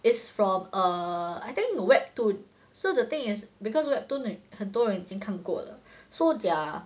is from err I think the webtoon so the thing is because webtoon 很多人已经看过了 so their